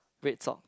red socks